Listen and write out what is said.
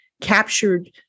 captured